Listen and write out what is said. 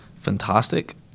Fantastic